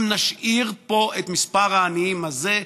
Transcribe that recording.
משפט סיכום, בבקשה.